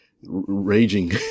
raging